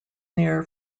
near